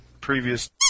previous